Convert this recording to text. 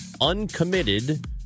uncommitted